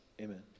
Amen